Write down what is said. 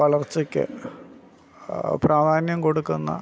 വളർച്ചയ്ക്ക് പ്രാധാന്യം കൊടുക്കുന്ന